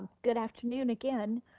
good afternoon again.